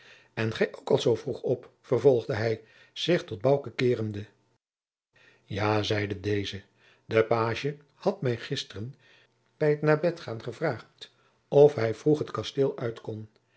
en gij ook al zoo vroeg op vervolgde hij zich tot bouke keerende ja zeide deze de pagie had mij gisteren bij t naar bed gaan gevraagd of hij vroeg het kasteel uit